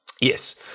yes